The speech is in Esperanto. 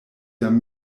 jam